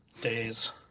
days